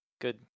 Good